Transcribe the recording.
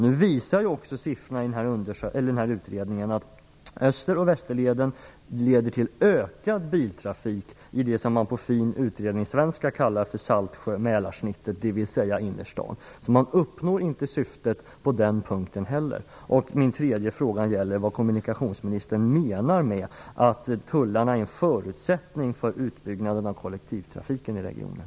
Nu visar också siffrorna i utredningen att Öster och Västerlederna leder till ökad biltrafik i det som man på fin utredningssvenska kallar för Saltsjö-Mälarsnittet, dvs. innerstan. Därför uppnår man inte syftet på den punkten heller. Min tredje fråga gäller vad kommunikationsministern menar med att tullarna är en förutsättning för utbyggnaden av kollektivtrafiken i regionen.